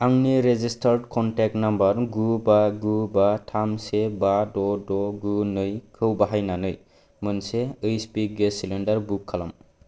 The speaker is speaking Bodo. आंनि रेजिस्टार्ड कनटेक्ट नाम्बार गु बा गु बा थाम से बा द' द' गु नै खौ बाहायनानै मोनसे एइचपि गेस सिलिन्दार बुक खालाम